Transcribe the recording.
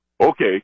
Okay